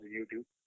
YouTube